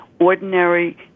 ordinary